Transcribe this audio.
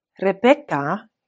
Rebecca